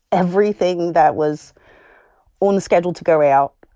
everything that was on the schedule to go out